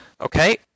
Okay